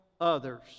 others